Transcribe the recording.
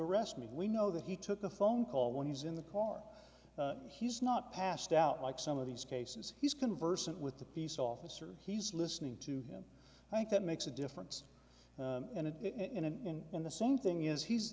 arrest me we know that he took the phone call when he was in the car he's not passed out like some of these cases he's conversant with the police officer he's listening to him i think that makes a difference and it in in the same thing is he's